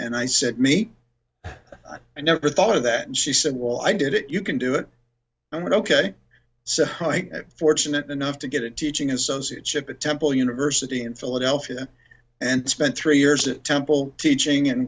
and i said me i never thought of that and she said wall i did it you can do it but ok so fortunate enough to get a teaching associate ship at temple university in philadelphia and spent three years at temple teaching and